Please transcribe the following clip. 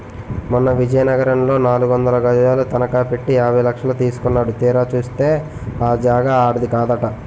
మొన్న విజయనగరంలో నాలుగొందలు గజాలు తనఖ పెట్టి యాభై లక్షలు తీసుకున్నాడు తీరా చూస్తే ఆ జాగా ఆడిది కాదట